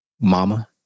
Mama